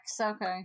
Okay